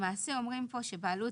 בעלות,